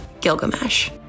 Gilgamesh